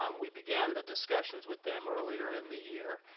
um we began the discussions with them earlier in the year.